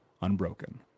unbroken